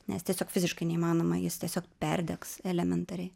nes tiesiog fiziškai neįmanoma jis tiesiog perdegs elementariai